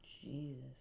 Jesus